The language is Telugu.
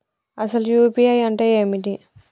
అసలు యూ.పీ.ఐ అంటే ఏమిటి?